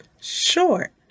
short